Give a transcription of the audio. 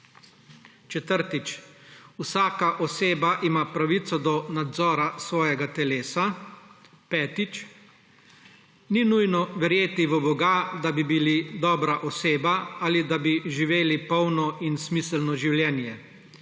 Četrtič, vsaka oseba ima pravico do nadzora svojega telesa. Petič, ni nujno verjeti v boga, da bi bili dobra oseba ali da bi živeli polno in smiselno življenje.